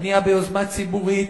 בנייה ביוזמה ציבורית,